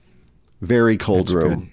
very cold room.